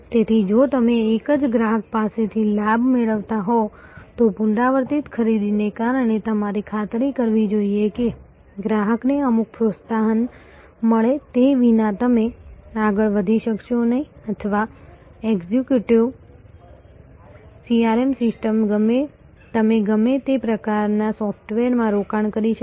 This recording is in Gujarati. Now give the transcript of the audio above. તેથી જો તમે એક જ ગ્રાહક પાસેથી લાભ મેળવતા હોવ તો પુનરાવર્તિત ખરીદીને કારણે તમારે ખાતરી કરવી જોઈએ કે ગ્રાહકને અમુક પ્રોત્સાહન મળે તે વિના તમે આગળ વધી શકશો નહીં અથવા એક્ઝિક્યુટિવ CRM સિસ્ટમ તમે ગમે તે પ્રકારના સોફ્ટવેરમાં રોકાણ કરી શકો